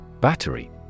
Battery